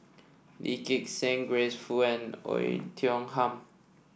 Lee Gek Seng Grace Fu and Oei Tiong Ham